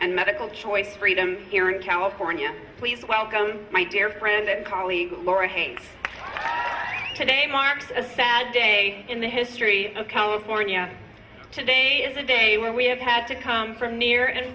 and medical choice freedom here in california please welcome my dear friend and colleague laura hank today marks a sad day in the history of california today is a day where we have had to come from near and